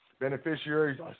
Beneficiaries